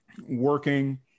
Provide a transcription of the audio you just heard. working